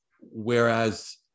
whereas